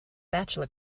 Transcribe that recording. bachelor